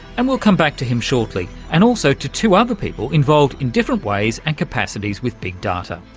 and we'll come back to him shortly, and also to two other people involved in different ways and capacities with big data.